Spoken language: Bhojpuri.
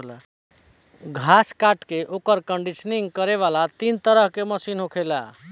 घास काट के ओकर कंडीशनिंग करे वाला तीन तरह के मशीन होखेला